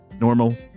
Normal